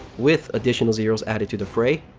with additional zeros added to the fray,